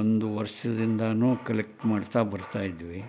ಒಂದು ವರ್ಷದಿಂದಲೂ ಕಲೆಕ್ಟ್ ಮಾಡ್ತಾ ಬರ್ತಾಯಿದ್ವಿ